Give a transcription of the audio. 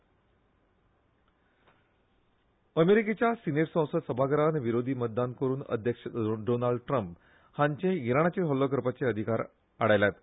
ट्रंप अमेरीकेच्या सीनेट संसद सभाघरान विरोधी मतदान करून अध्यक्ष डोनाल्ड ट्रंप हांचें इराणाचेर हल्लो करपाचे अधिकार आडायल्यात